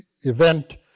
event